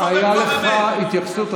הייתה לך התייחסות.